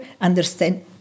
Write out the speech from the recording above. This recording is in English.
understand